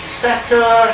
setter